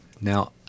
Now